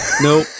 no